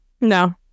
No